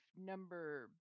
Number